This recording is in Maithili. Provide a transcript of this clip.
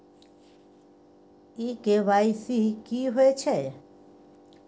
इ के.वाई.सी की होय छै?